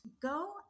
go